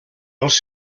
els